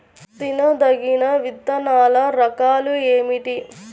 తినదగిన విత్తనాల రకాలు ఏమిటి?